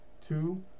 Two